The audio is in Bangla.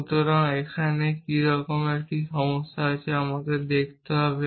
সুতরাং এখানে কি একই রকম সমস্যা আছে আমাদের দেখতে হবে